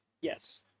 Yes